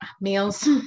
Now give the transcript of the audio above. meals